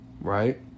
right